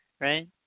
right